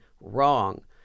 wrong